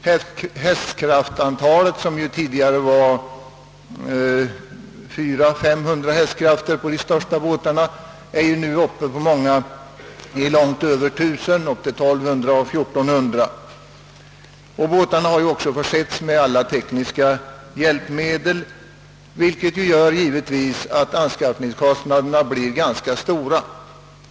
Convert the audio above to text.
Hästkraftantalet, som tidigare var 400—500 på de största båtarna, är nu på många båtar långt över tusen, ja, ibland ända upp till 1 200 å 1400. Båtarna har också försetts med alla tekniska hjälpmedel, vilket givetvis gör att anskaffningskostnaderna blir ganska stora.